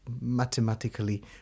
mathematically